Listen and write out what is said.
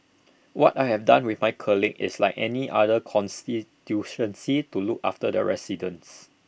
what I have done with my colleagues is like any other to look after their residents